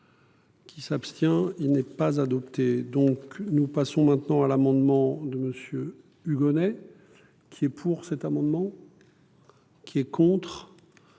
Qui s'abstient. Il n'est pas adopté donc nous passons maintenant à l'amendement de monsieur Hugonnet qui est pour cet amendement. Qui est contre.